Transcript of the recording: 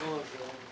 נחזור לזה.